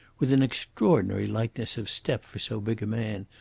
with an extraordinary lightness of step for so big a man,